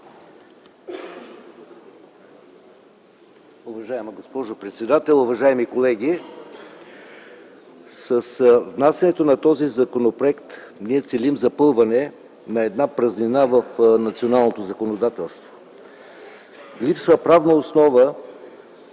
Уважаема госпожо председател, уважаеми колеги! С внасянето на този законопроект ние целим запълване на една празнина в националното законодателство. Липсва правна основа,